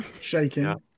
Shaking